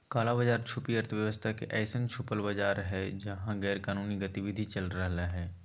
काला बाज़ार छुपी अर्थव्यवस्था के अइसन छुपल बाज़ार हइ जहा गैरकानूनी गतिविधि चल रहलय